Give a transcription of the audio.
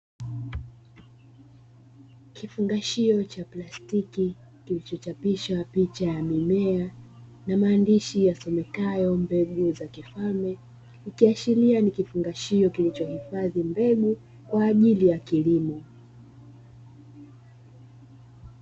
Kifungashio cha plastiki kilichochapisha picha ya mimea na maandishi yasomekayo mbegu za kifalme, ikiashiria ni kifungashio kilichohifadhi mbegu kwa ajili ya kilimo.